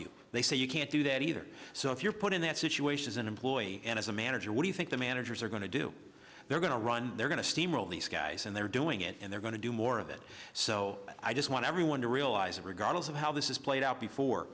you they say you can't do that either so if you're put in that situation as an employee and as a manager what you think the managers are going to do they're going to run they're going to steamroll these guys and they're doing it and they're going to do more of it so i just want everyone to realize that regardless of how this is played out before